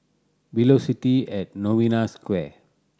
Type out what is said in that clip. Velocity at Novena Square